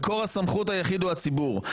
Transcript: מקור הסמכות היחיד הוא הציבור.